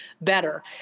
better